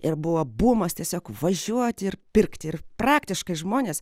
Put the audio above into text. ir buvo bumas tiesiog važiuoti ir pirkti ir praktiškai žmonės